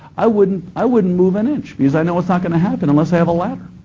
i wouldn't i wouldn't move an inch because i know it's not going to happen unless i have a ladder.